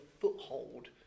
foothold